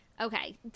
Okay